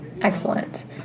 Excellent